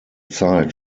zeit